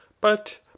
But